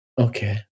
Okay